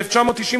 1997,